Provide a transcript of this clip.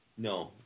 No